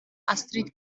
astrid